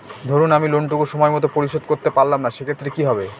ধরুন আমি লোন টুকু সময় মত পরিশোধ করতে পারলাম না সেক্ষেত্রে কি হবে?